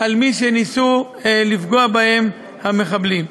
על מי שניסו לפגוע בהם המחבלים.